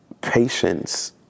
patience